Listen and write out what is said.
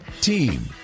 Team